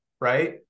Right